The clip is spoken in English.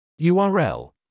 url